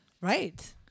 right